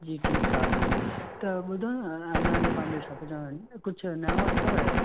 जी ठीकु आहे हले त ॿुधो न अ अञा यो पंहिंजो छा थो चवां कुझु नयो अथव या